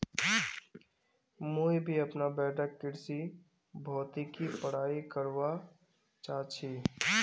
मुई भी अपना बैठक कृषि भौतिकी पढ़ाई करवा चा छी